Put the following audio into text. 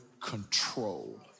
control